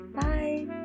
Bye